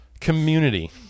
Community